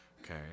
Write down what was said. Okay